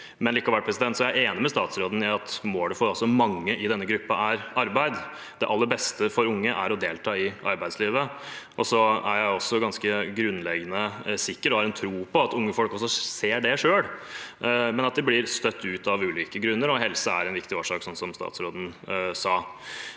Likevel er jeg enig med statsråden i at målet for mange i denne gruppen er arbeid. Det aller beste for unge er å delta i arbeidslivet. Jeg er ganske grunnleggende sikker på at unge folk også ser det selv, men at de blir støtt ut av ulike grunner, og helse er en viktig årsak, sånn som statsråden sa.